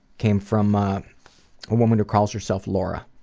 came from a woman who calls herself laura.